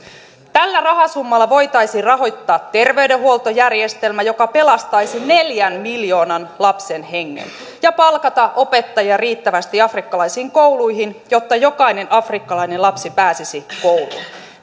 tällä rahasummalla voitaisiin rahoittaa terveydenhuoltojärjestelmä joka pelastaisi neljän miljoonan lapsen hengen ja palkata opettajia riittävästi afrikkalaisiin kouluihin jotta jokainen afrikkalainen lapsi pääsisi kouluun